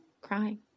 crying